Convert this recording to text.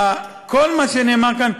כל מה שנאמר כאן,